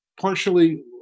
partially